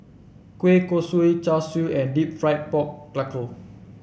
Kueh Kosui Char Siu and deep fried Pork Knuckle